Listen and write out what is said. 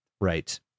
Right